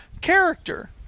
character